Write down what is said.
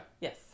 Yes